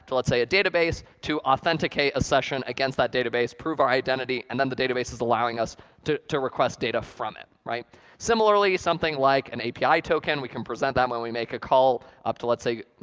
but let's say, a database to authenticate a session against that database, prove our identity, and then the database is allowing us to to request data from it. similarly, something like an api token, we can present that when we make a call up to, let's say,